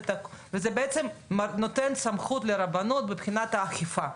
זה בעצם נותן סמכות לרבנות מבחינת אכיפה,